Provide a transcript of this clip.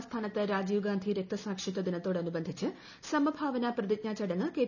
ആസ്ഥാനത്ത് രാജീവ്ഗാന്ധി രക്തസാക്ഷിത്വ ദിനത്ത്രോട്ടന്റ്ബന്ധിച്ച് സമഭാവന പ്രതിജ്ഞാ ചടങ്ങ് കെ